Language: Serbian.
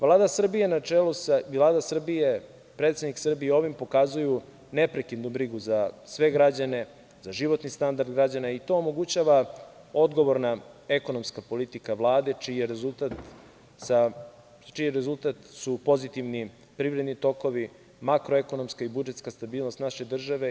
Vlada Srbije na čelu sa predsednikom Srbije i ovim pokazuju neprekidnu brigu za sve građane, za životni standard građana i to omogućava odgovorna ekonomska politika Vlade čiji rezultat su pozitivni privredni tokovi, makroekonomska i budžetska stabilnost naše države.